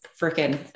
freaking